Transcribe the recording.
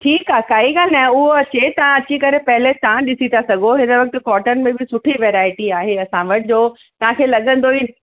ठीकु आहे काई ॻाल्हि न आहे उहो अचे तव्हां अची करे पहिरियों तव्हां ॾिसी था सघो हिन वक़्तु कॉटन में बि सुठी वैरायटी आहे असां वटि जो तव्हांखे लॻंदो ई